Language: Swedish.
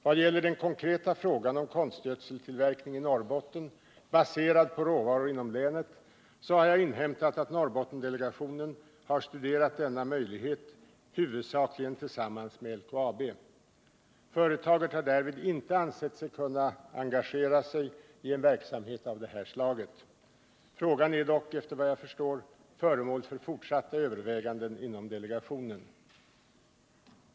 Vad gäller den konkreta frågan om konstgödseltillverkning i Norrbotten, baserad på råvaror inom länet, så har jag inhämtat att Norrbottendelegationen har studerat denna möjlighet, huvudsakligen tillsammans med LKAB. Företaget har därvid inte ansett sig kunna engagera sig i en verksamhet av det här slaget. Frågan är dock, efter vad jag förstår, föremål för fortsatta överväganden inom delegationen.